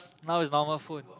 now is normal phone